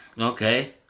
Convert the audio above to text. Okay